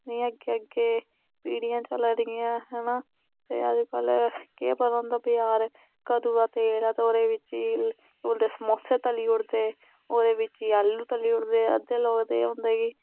जियां अग्गें अग्गें पीढ़ियां चला दियां हैना एह् अज्जकल केह् पता होंदा बजार कदूं दा तेल ऐ ते ओह्दे बिच्च ही ओह् होंदे समोसे तली उड़दे ओह्दे बिच्च ही आलू तली उड़दे अद्धे लोग ते एह् होंदे कि